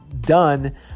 done